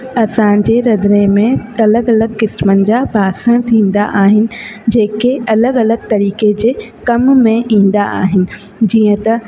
असांजे रंधिणे में अलॻि अलॻि किस्मनि जा ॿासण थींदा आहिनि जेके अलॻि अलॻि तरीक़े जा कम में ईंदा आहिनि जीअं त